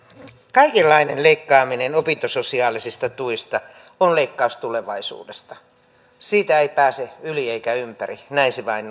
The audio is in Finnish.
kaikenlainen leikkaaminen opintososiaalisista tuista on leikkaus tulevaisuudesta siitä ei pääse yli eikä ympäri näin se vain